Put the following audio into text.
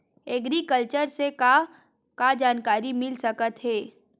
Agriculture से का का जानकारी मिल सकत हे?